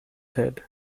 head